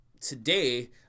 today